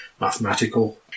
mathematical